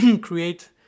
create